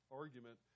argument